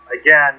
again